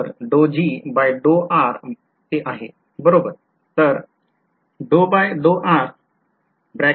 तर बरोबर